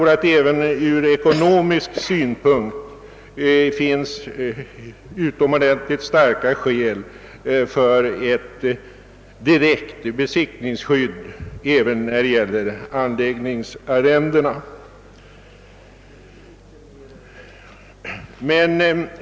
Även från ekonomisk synpunkt finns det utomordentligt starka skäl för ett direkt besittningsskydd vid anläggningsarrendena.